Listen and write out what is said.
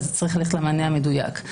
אז צריך ללכת למענה המדויק.